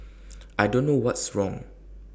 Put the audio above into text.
I don't know what's wrong